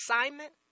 assignment